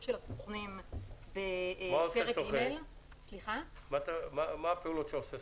של הסוכנים בפרק ג' -- מה עושה סוכן?